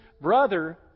brother